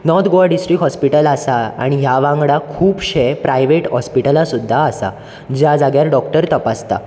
north Goa district hospital आसा आनी ह्या वांगडा खुबशे प्रायवेट हॉस्पिटलां सुद्दां आसा ज्या जाग्यार डॉक्टर तपासता